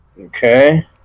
Okay